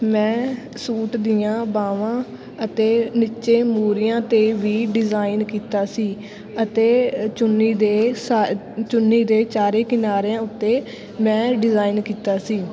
ਮੈਂ ਸੂਟ ਦੀਆਂ ਬਾਹਵਾਂ ਅਤੇ ਨਿੱਚੇ ਮੂਰੀਆਂ 'ਤੇ ਵੀ ਡਿਜ਼ਾਇਨ ਕੀਤਾ ਸੀ ਅਤੇ ਚੁੰਨੀ ਦੇ ਸਾ ਚੁੰਨੀ ਦੇ ਚਾਰੇ ਕਿਨਾਰਿਆਂ ਉੱਤੇ ਮੈਂ ਡਿਜ਼ਾਇਨ ਕੀਤਾ ਸੀ